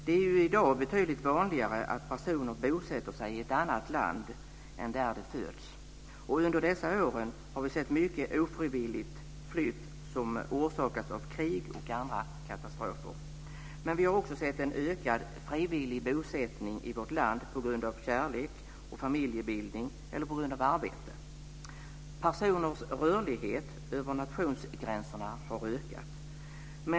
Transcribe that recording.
Det är ju i dag betydligt vanligare att personer bosätter sig i ett annat land än det där de föds. Under dessa år har vi sett mycket ofrivilligt flyttande som orsakats av krig och andra katastrofer. Men vi har också sett en ökad frivillig bosättning i vårt land på grund av kärlek och familjebildning eller på grund av arbete. Personers rörlighet över nationsgränserna har ökat.